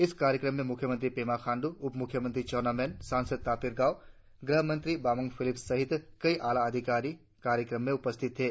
इस कार्यक्रम में मुख्यमंत्री पेमा खांडू उप मुख्यमंत्री चायना मेन सांसद तापिर गाव गृह मंत्री बामांग फेलिक्स सहित कई आला अधिकारी कार्यक्रम में उपस्थित थे